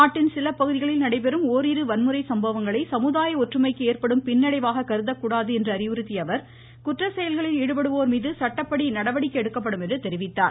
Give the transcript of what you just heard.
நாட்டின் சில பகுதிகளில் நடைபெறும் ஓரிரு வன்முறை சம்பவங்களை சமுதாய ஒற்றுமைக்கு ஏற்படும் பின்னடைவாக கருதக் கூடாது என்று அறிவுறுத்திய அவர் குற்ற செயல்களில் ஈடுபடுவோர் மீது சட்டப்படி நடவடிக்கை எடுக்கப்படும் என்றார்